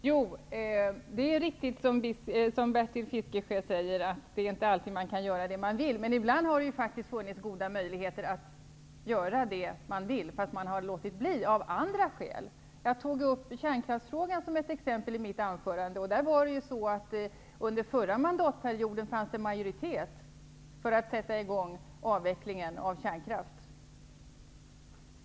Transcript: Herr talman! Det är riktigt, som Bertil Fiskesjö säger, att man inte alltid kan göra vad man vill. Men ibland har det funnits goda möjligheter att göra det man vill, fast man har låtit bli av andra skäl. Jag tog kärnkraftsfrågan som ett exempel i mitt anförande. Där var det så att det under den förra mandatperioden fanns majoritet för att sätta i gång avvecklingen av kärnkraften.